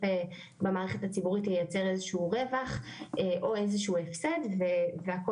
במערכת הציבורית ייצר איזה שהוא רווח או איזה שהוא הפסד והכל